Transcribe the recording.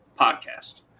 podcast